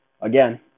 again